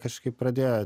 kažkaip pradėjo